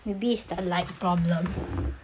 maybe it's the light problem